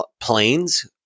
planes